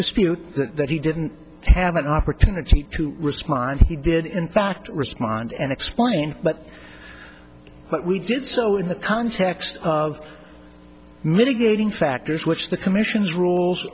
dispute that he didn't have an opportunity to respond he did in fact respond and explain but but we did so in the context of mitigating factors which the commission's rules